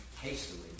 hastily